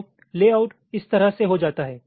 तो लेआउट इस तरह से हो जाता है